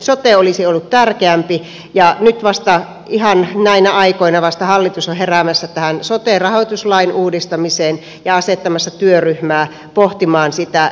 sote olisi ollut tärkeämpi ja nyt vasta ihan näinä aikoina hallitus on heräämässä tähän sote rahoituslain uudistamiseen ja asettamassa työryhmää pohtimaan sitä